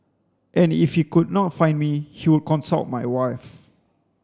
and if he could not find me he would consult my wife